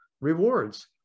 rewards